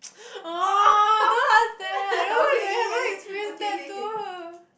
orh don't ask that I don't want I haven't experience that too